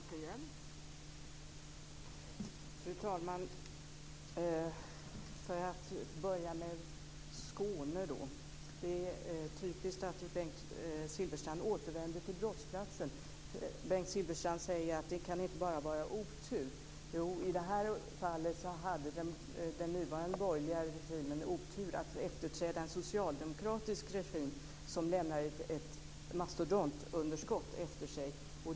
Fru talman! För att börja med Skåne vill jag säga att det är typiskt att Bengt Silfverstrand återvänder till brottsplatsen. Han säger att det inte bara kan vara otur. Jo, i det här fallet hade den nuvarande borgerliga regimen oturen att efterträda en socialdemokratisk regim som lämnade ett mastodontunderskott efter sig.